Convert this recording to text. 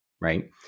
right